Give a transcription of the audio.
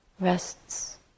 rests